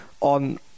on –